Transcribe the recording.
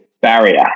barrier